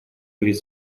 перед